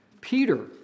Peter